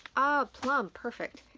oh plum, perfect.